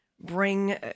Bring